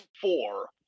four